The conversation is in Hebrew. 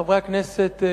חברי הכנסת,